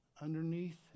underneath